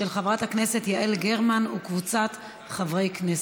של חברת הכנסת יעל גרמן וקבוצת חברי כנסת.